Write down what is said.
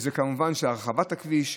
כמובן שזה הרחבת הכביש,